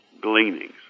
gleanings